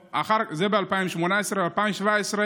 ב-2018 בפועל בוצעו 60% ממנו.